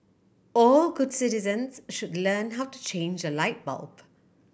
all good citizens should learn how to change a light bulb